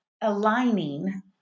aligning